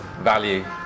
value